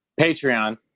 Patreon